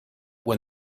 when